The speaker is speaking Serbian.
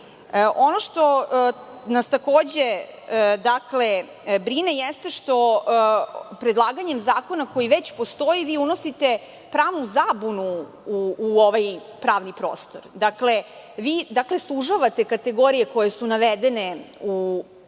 što nas takođe brine jeste što predlaganjem zakona koji već postoji vi unosite pravu zabunu u ovaj pravni prostor. Vi sužavate kategorije koje su navedene u